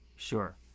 Sure